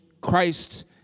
Christ